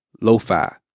lo-fi